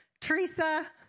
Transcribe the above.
Teresa